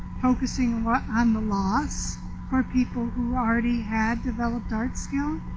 focusing on the loss for people who already had developed art skill.